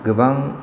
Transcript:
गोबां